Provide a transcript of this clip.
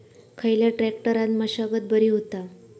खयल्या ट्रॅक्टरान मशागत बरी होता?